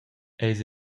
eis